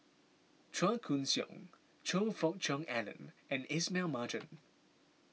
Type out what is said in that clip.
Chua Koon Siong Choe Fook Cheong Alan and Ismail Marjan